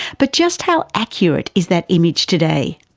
but just how accurate is that image today?